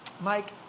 Mike